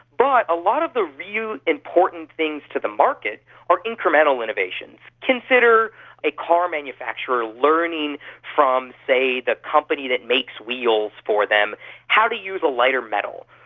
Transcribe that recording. but a lot of the really important things to the market are incremental innovations. consider a car manufacturer learning from, say, the company that makes wheels for them how to use a lighter metal.